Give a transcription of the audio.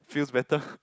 feel better